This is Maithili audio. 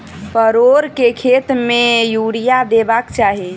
परोर केँ खेत मे यूरिया देबाक चही?